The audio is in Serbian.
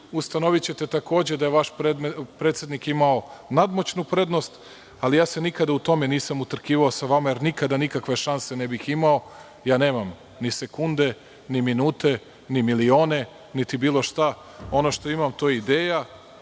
Ustanovićete takođe da je vaš predsednik imao nadmoćnu prednost, ali nikada se u tome nisam utrkivao sa vama, jer nikada nikakve šanse ne bih imao. Nemam ni sekunde, ni minute, ni milione, niti bilo šta. Ono što imam to je ideja,